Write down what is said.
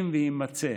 אם יימצא